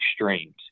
extremes